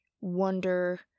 wonder